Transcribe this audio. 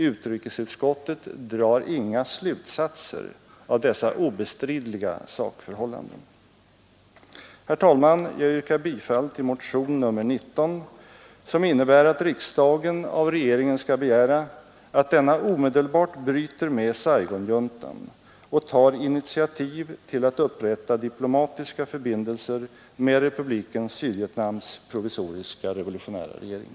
Utrikesutskottet drar inga slutsatser av dessa obestridliga sakförhållanden. Herr talman! Jag yrkar bifall till motion nr 19, som innebär att riksdagen av regeringen skall begära att denna omedelbart bryter med Saigonjuntan och tar initiativ till att upprätta diplomatiska förbindelser med Republiken Sydvietnams provisoriska revolutionära regering.